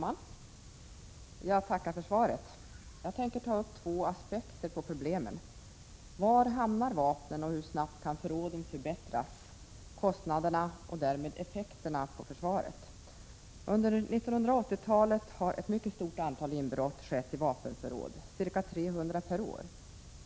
Herr talman! Jag tackar för svaret. Jag tänker ta upp två aspekter på problemen: Var hamnar vapnen och hur snabbt kan förråden förbättras? Vilka är kostnaderna och därmed effekterna för försvaret? Under 1980-talet har ett mycket stort antal inbrott skett i vapenförråd, ca 300 per år.